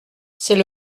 c’est